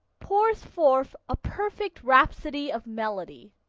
pours forth a perfect rhapsody of melody.